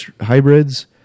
hybrids